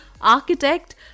architect